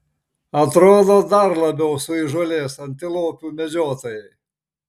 atrodo dar labiau suįžūlės antilopių medžiotojai